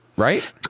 Right